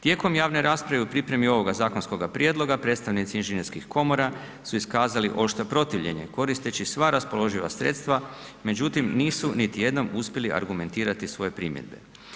Tijekom javne rasprave u pripremi ovoga zakonskoga prijedloga, predstavnici inženjerskih komora su iskazali oštro protivljenje koristeći sva raspoloživa sredstva, međutim nisu niti jednom uspjeli argumentirati svoje primjedbe.